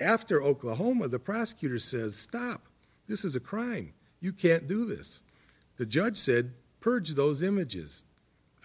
after oklahoma the prosecutor says stop this is a crime you can't do this the judge said purge those images